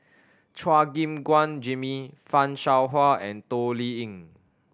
Chua Gim Guan Jimmy Fan Shao Hua and Toh Liying